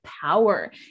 power